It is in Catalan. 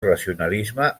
racionalisme